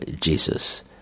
Jesus